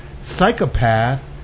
psychopath